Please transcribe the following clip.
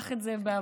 קח את זה בהבנה.